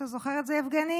אתה זוכר את זה, יבגני?